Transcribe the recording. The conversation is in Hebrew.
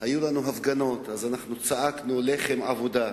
היו לנו הפגנות ואז צעקנו: "לחם, עבודה".